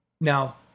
Now